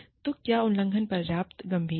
तो क्या उल्लंघन पर्याप्त गंभीर है